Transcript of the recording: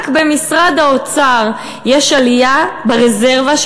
רק במשרד האוצר יש עלייה ברזרבה,